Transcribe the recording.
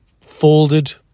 folded